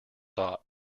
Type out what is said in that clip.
thought